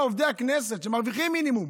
לעובדי הכנסת שמרוויחים מינימום,